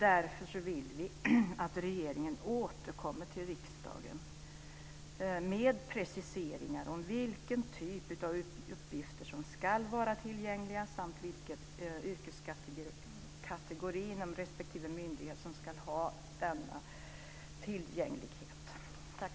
Därför vill vi att regeringen återkommer till riksdagen med preciseringar om vilken typ av uppgifter som ska vara tillgängliga samt vilken yrkeskategori inom respektive myndighet som ska ha denna tillgänglighet.